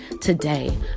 Today